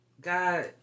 God